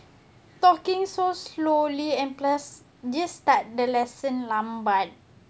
talking so slowly and plus dia start the lesson lambat